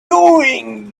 doing